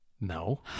no